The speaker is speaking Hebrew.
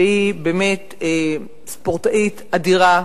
שהיא באמת ספורטאית אדירה,